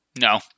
No